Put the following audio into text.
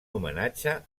homenatge